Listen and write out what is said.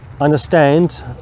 understand